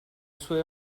sue